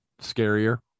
scarier